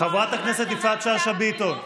חברת הכנסת יפעת שאשא ביטון,